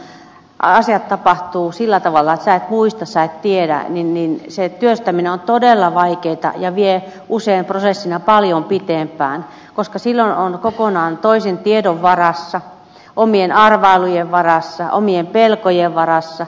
silloin kun asiat tapahtuvat sillä tavalla että sinä et muista sinä et tiedä niin se työstäminen on todella vaikeata ja vie usein prosessina paljon pitempään koska silloin on kokonaan toisen tiedon varassa omien arvailujen varassa omien pelkojen varassa